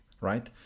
right